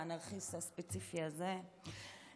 האנרכיסט הספציפי הזה,